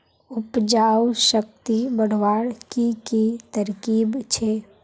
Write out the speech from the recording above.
उपजाऊ शक्ति बढ़वार की की तरकीब छे?